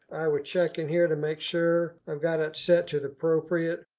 i would check in here to make sure i've got it set to the appropriate,